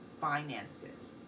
finances